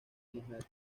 mujer